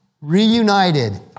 reunited